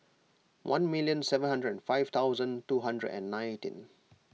one million seven hundred and five thousand two hundred and nineteen